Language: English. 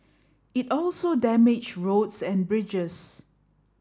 it also damaged roads and bridges